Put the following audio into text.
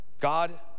God